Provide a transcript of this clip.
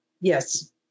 Yes